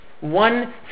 One